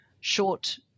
short